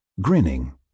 grinning